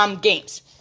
games